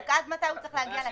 עד מתי הוא צריך להגיע לכנסת.